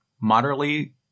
moderately